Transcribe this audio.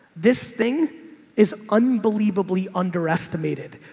this thing is unbelievably underestimated.